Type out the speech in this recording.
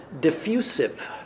diffusive